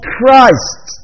Christ